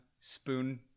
spoon